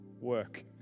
work